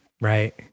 Right